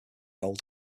old